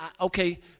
Okay